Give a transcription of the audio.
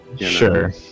Sure